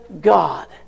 God